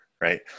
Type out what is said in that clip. Right